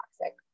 toxic